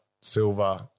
silver